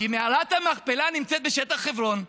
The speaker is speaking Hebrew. כי מערת המכפלה נמצאת בשטח חברון.